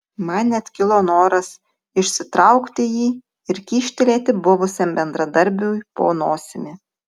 man net kilo noras išsitraukti jį ir kyštelėti buvusiam bendradarbiui po nosimi